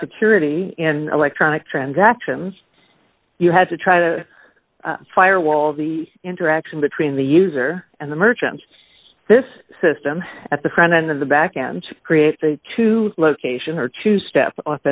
security in electronic transactions you had to try to firewall the interaction between the user and the merchant this system at the front end of the backend creates a two location or two step